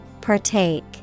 Partake